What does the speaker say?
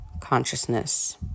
consciousness